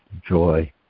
joy